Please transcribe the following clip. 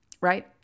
Right